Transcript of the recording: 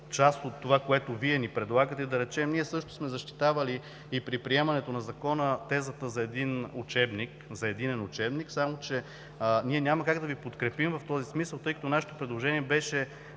част от това, което ни предлагате, да речем, ние също сме защитавали при приемането на Закона тезата за единен учебник само че няма как да Ви подкрепим в този смисъл, тъй като нашето предложение беше